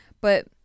But-